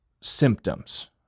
symptoms